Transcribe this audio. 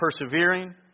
persevering